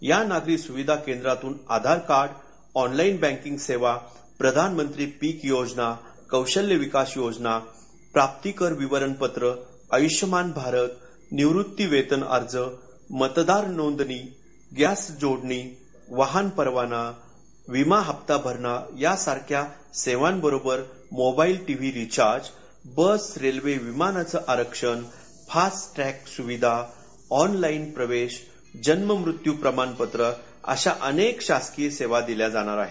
या नागरी सुविधा केंद्रातून आधार कार्ड ऑनलाइन बँकिंग सेवा प्रधान मंत्री पीक योजना कौशल्य विकास योजना प्राप्ती कर विवरण पत्र आयुष्यमान भारत निवृत्ती वेतन अर्ज मतदार नोंदणी गॅस जोडणी वाहन परवाना विमा हप्ता भरणा यासारख्या सेवांबरोबरच mobile TV recharge bus railway विमानाचं आरक्षण फास्टट्रॅक सुविधा ऑनलाइन प्रवेश जन्म मृत्यू प्रमाणपत्र अशा अनेक शासकीय सेवा दिल्या जाणार आहेत